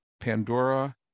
Pandora